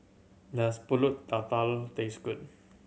does Pulut Tatal taste good